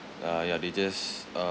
uh ya they just